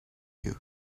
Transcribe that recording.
you